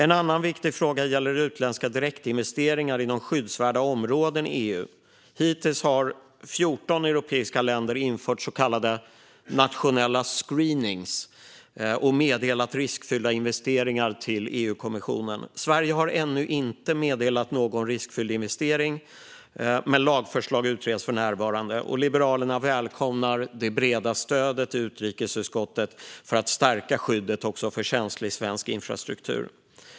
En annan viktig fråga gäller utländska direktinvesteringar inom skyddsvärda områden i EU. Hittills har 14 europeiska länder infört så kallade nationella screenings och meddelat riskfyllda investeringar till EU-kommissionen. Sverige har ännu inte meddelat någon riskfylld investering, men lagförslag utreds för närvarande. Liberalerna välkomnar det breda stödet i utrikesutskottet för att stärka skyddet för känslig svensk infrastruktur.